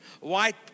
white